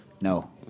No